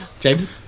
James